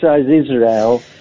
Israel